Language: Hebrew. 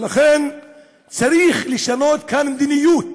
לכן צריך לשנות כאן מדיניות,